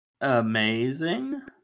amazing